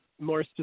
more